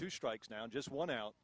to strikes now just one out